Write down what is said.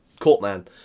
Courtman